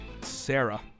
Sarah